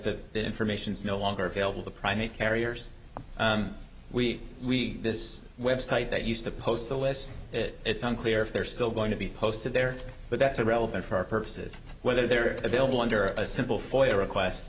that that information is no longer available to private carriers we we this website that used to post the list it's unclear if they're still going to be posted there but that's irrelevant for our purposes whether they're available under a simple foyer request